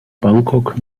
bangkok